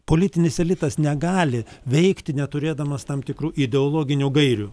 politinis elitas negali veikti neturėdamas tam tikrų ideologinių gairių